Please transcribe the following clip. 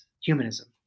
humanism